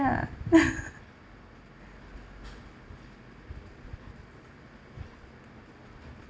ya